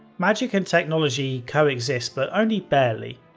magick and technology coexist but only barely.